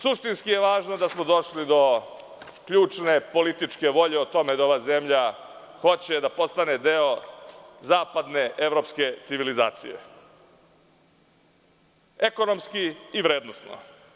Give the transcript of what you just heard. Suštinski je važno da smo došli do ključne političke volje o tome da ova zemlja hoće da postane deo zapadne evropske civilizacije, ekonomski i vrednosno.